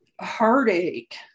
heartache